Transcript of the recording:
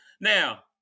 Now